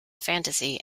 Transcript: fantasy